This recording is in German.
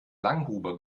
langhuber